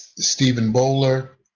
stephen bowler,